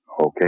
Okay